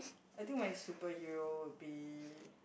I think my superhero would be